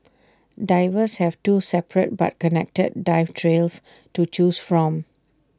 divers have two separate but connected dive trails to choose from